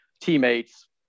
teammates